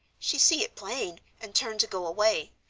she see it plain, and turned to go away,